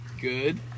good